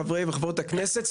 חברות וחברי הכנסת,